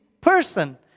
person